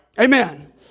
amen